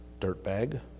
Dirtbag